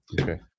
Okay